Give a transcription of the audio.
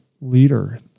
leader